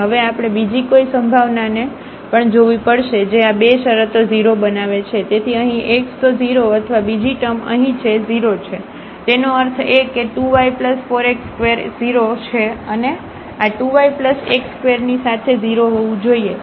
હવે આપણે બીજી કોઈ સંભાવનાને પણ જોવી પડશે જે આ બે શરતો 0 બનાવે છે તેથી અહીં x તો 0 અથવા બીજી ટર્મ અહીં છે 0 છે તેનો અર્થ એ કે2 y4 x2 0 છે અને આ 2 yx2 ની સાથે 0 હોવું જોઈએ